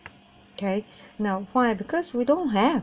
K now why because we don't have